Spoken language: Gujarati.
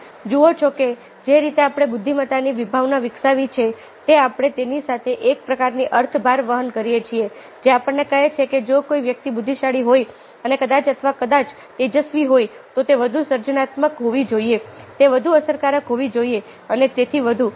તમે જુઓ છો કે જે રીતે આપણે બુદ્ધિમત્તાની વિભાવના વિકસાવી છે તે આપણે તેની સાથે એક પ્રકારનો અર્થ ભાર વહન કરીએ છીએ જે આપણને કહે છે કે જો કોઈ વ્યક્તિ બુદ્ધિશાળી હોય અને કદાચ અથવા કદાચ તેજસ્વી હોય તો તે વધુ સર્જનાત્મક હોવો જોઈએ તે વધુ અસરકારક હોવો જોઈએ અને તેથી વધુ